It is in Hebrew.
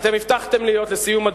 לסיום,